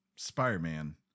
Spider-Man